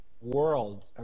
world